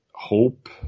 hope